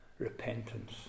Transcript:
repentance